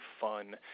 fun